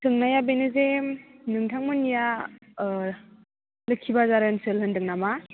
सोंनाया बेनोजे नोंथांमोननिया ओ लोखि बाजार ओनसोल होन्दों नामा